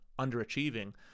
underachieving